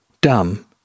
dumb